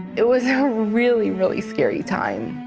it was a really really scary time.